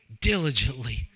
Diligently